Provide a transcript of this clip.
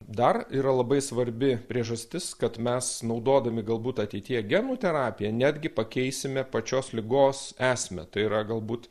dar yra labai svarbi priežastis kad mes naudodami galbūt ateityje genų terapiją netgi pakeisime pačios ligos esmę tai yra galbūt